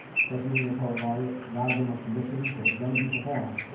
especially when you're poet laureate. a lot of them are commissions, so it's gonna be performed.